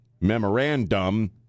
memorandum